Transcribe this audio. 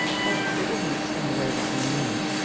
but it isn't in the way that you mean.